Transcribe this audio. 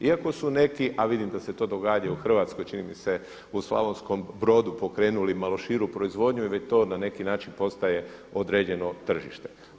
Iako su neki, a vidim da se to događa u Hrvatskoj, čini mi se u Slavonskom Brodu pokrenuli malo širu proizvodnju i već to na neki način postaje određeno tržište.